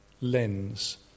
lens